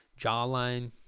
jawline